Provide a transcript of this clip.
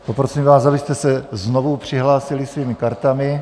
Poprosím vás, abyste se znovu přihlásili svými kartami.